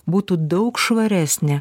būtų daug švaresnė